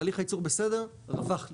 תהליך הייצור בסדר, רווח לי.